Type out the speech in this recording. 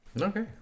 Okay